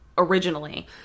Originally